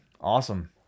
Awesome